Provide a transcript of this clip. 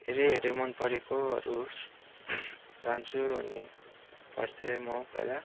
हेरी हेरी मन परेकोहरू लान्छु अनि पढ्थेँ म पहिला